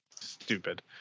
Stupid